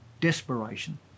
desperation